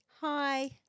Hi